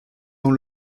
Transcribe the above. dans